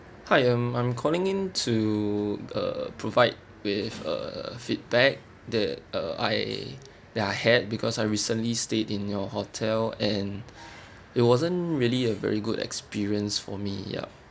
hi I'm I'm calling in to uh provide with a feedback that uh I that I had because I recently stayed in your hotel and it wasn't really a very good experience for me ya